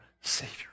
Savior